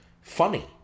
funny